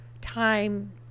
time